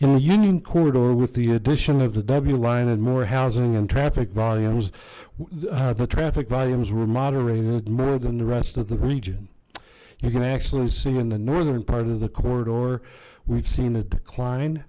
the union corridor with the addition of the w line and more housing and traffic volumes the traffic volumes were moderated more than the rest of the region you can actually see in the northern part of the corridor we've seen a decline